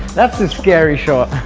that's a scary shot!